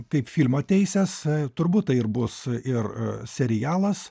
kaip filmo teises turbūt tai ir bus ir serialas